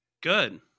Good